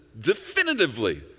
definitively